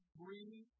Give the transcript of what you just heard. three